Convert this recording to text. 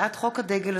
הצעת חוק הדגל,